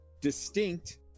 distinct